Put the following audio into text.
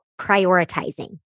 prioritizing